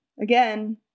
again